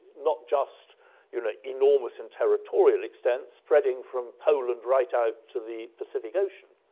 not just you know enormous in territorial extent, spreading from poland right out to the pacific ocean,